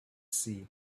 sea